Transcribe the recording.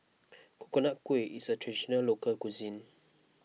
Coconut Kuih is a Traditional Local Cuisine